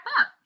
up